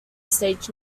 stage